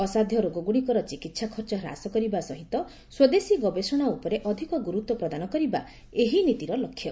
ଅସାଧ୍ୟ ରୋଗଗୁଡ଼ିକର ଚିକିିି୍ସା ଖର୍ଚ୍ଚ ହ୍ରାସ କରିବା ସହିତ ସ୍ୱଦେଶୀ ଗବେଷଣା ଉପରେ ଅଧିକ ଗୁରୁତ୍ୱ ପ୍ରଦାନ କରିବା ଏହି ନୀତିର ଲକ୍ଷ୍ୟ